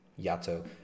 Yato